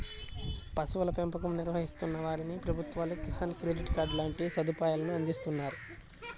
పశువుల పెంపకం నిర్వహిస్తున్న వారికి ప్రభుత్వాలు కిసాన్ క్రెడిట్ కార్డు లాంటి సదుపాయాలను అందిస్తున్నారు